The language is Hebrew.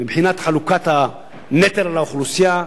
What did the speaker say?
מבחינת חלוקת הנטל על האוכלוסייה,